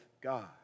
God